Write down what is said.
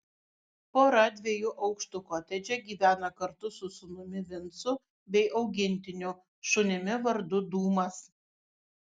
pora dviejų aukštų kotedže gyvena kartu su sūnumi vincu bei augintiniu šunimi vardu dūmas